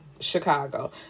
Chicago